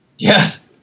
Yes